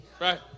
Right